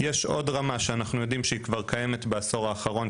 יש עוד רמה שאנחנו יודעים שהיא כבר קיימת בעשור האחרון,